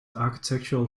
architectural